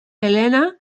helena